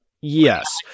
yes